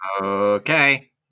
Okay